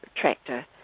tractor